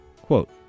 Quote